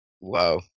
Wow